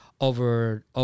over